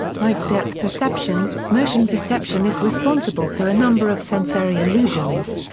like depth perception motion perception is responsible for a number of sensory illusions.